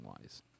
wise